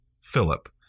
Philip